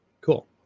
Cool